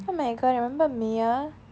oh my god remember meyer